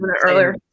earlier